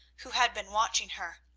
who had been watching her.